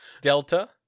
Delta